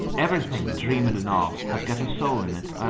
everything, dreaming and all, has got a soul in it,